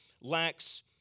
lacks